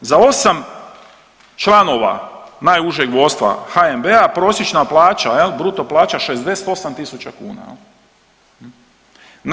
Za 8 članova najužeg vodstva HNB-a prosječna plaća jel, bruto plaća 68.000 kuna jel.